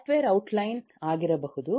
software outline ಆಗಿರಬಹುದು